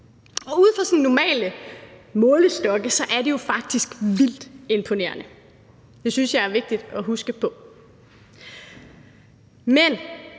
Ud fra sådan normale målestokke er det jo faktisk vildt imponerende. Det synes jeg er vigtigt at huske på. Men